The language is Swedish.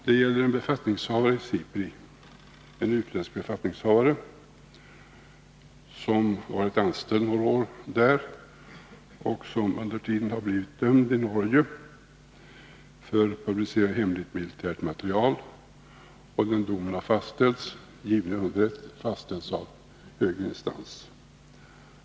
Det gäller en utländsk befattningshavare i SIPRI som varit anställd där några år och som under tiden har blivit dömd i Norge för publicering av hemligt militärt material. Den domen har fallit i underrätt och även fastställts av högre instans.